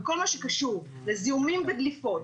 עם כל מה שקשור לזיהומים לדליפות,